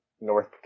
North